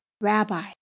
rabbi